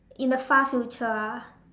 in the far future ah